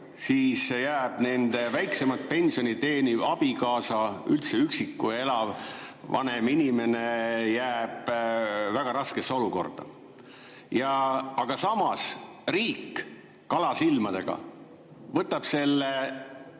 siis jääb väiksemat pensioni teeniv abikaasa, üldse üksikult elav vanem inimene väga raskesse olukorda. Aga samas, riik kalasilmadega võtab selle